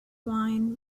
wine